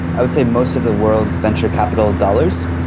i would say most of the world's venture capital dollars,